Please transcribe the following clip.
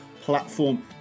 platform